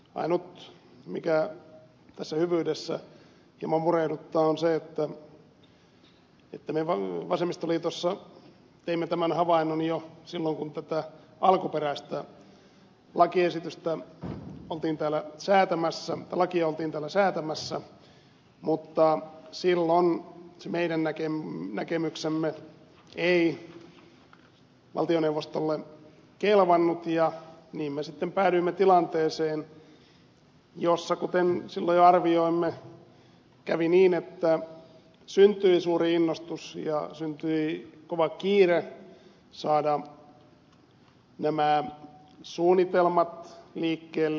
ainut mikä tässä hyvyydessä hieman murehduttaa on se että me vasemmistoliitossa teimme tämän havainnon jo silloin kun tätä alkuperäistä lakia oltiin täällä säätämässä mutta silloin se meidän näkemyksemme ei valtioneuvostolle kelvannut ja niin me sitten päädyimme tilanteeseen jossa kuten silloin jo arvioimme kävi niin että syntyi suuri innostus ja syntyi kova kiire saada nämä suunnitelmat liikkeelle